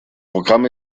programm